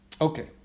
Okay